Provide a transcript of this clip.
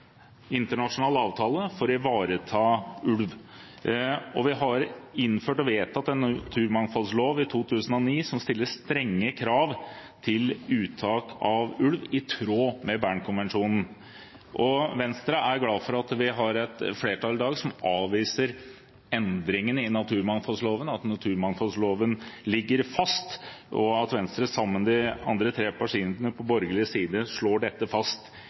internasjonal avtale for å ivareta ulv, og vi har innført og vedtatt en naturmangfoldlov i 2009 som stiller strenge krav til uttak av ulv, i tråd med Bern-konvensjonen. Venstre er glad for at vi i dag har et flertall som avviser endringene i naturmangfoldloven, at naturmangfoldloven ligger fast, og at Venstre sammen med de andre tre partiene på borgerlig side slår dette fast